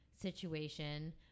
situation